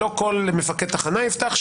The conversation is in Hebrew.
שלא כל מפקד תחנה יפתח,